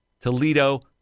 Toledo